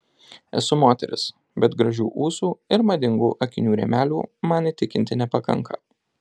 esu moteris bet gražių ūsų ir madingų akinių rėmelių man įtikinti nepakanka